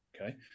okay